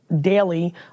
daily